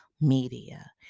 media